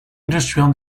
industrial